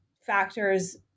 factors